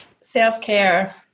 self-care